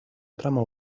trama